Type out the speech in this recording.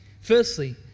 Firstly